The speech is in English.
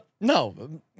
No